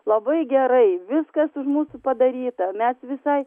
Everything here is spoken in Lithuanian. labai gerai viskas už musų padaryta mes visai